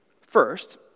First